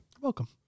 Welcome